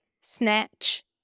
Snatch